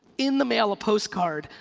in the mail a postcard,